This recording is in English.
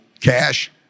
cash